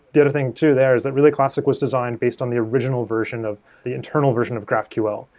the other thing too there is that relay classic was designed based on the original version of the internal version of graphql.